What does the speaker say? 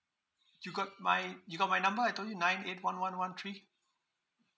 you got my you got my number I told you nine eight one one one three